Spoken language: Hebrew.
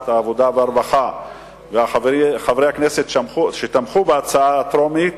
העבודה והרווחה וחברי הכנסת שתמכו בהצעה הטרומית